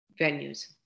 venues